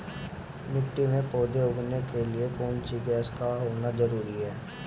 मिट्टी में पौधे उगाने के लिए कौन सी गैस का होना जरूरी है?